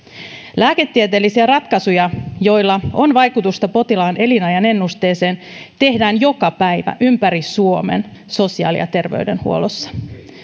lääketieteellisiä ratkaisuja joilla on vaikutusta potilaan elinajan ennusteeseen tehdään joka päivä ympäri suomen sosiaali ja terveydenhuollossa